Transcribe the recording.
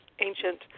ancient